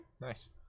nice